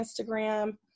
Instagram